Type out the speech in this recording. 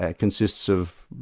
ah consists of,